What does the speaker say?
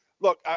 look